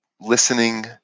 listening